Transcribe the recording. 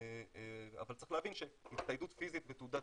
אבל צריך להבין שהצטיידות פיזית בתעודת